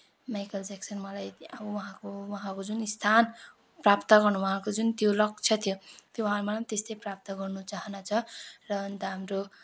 Michael Jackson मलाई अब उहाँको उहाँको जुन स्थान प्राप्त गर्न उहाँको जुन त्यो लक्ष्य थियो त्यो मलाई पनि त्यस्तै प्राप्त गर्नु चाहना छ र अन्त हाम्रो